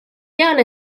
tean